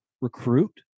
recruit